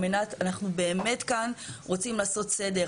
אנחנו באמת כאן רוצים לעשות סדר.